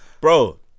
Bro